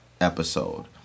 episode